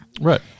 Right